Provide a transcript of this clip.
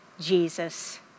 Jesus